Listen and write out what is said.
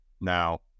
now